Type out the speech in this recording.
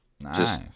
Nice